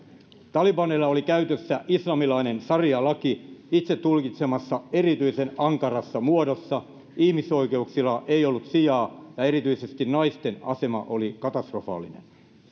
talibaneilla oli käytössä islamilainen sarialaki heidän itse tulkitsemassaan erityisen ankarassa muodossa ihmisoikeuksilla ei ollut sijaa ja erityisesti naisten asema oli katastrofaalinen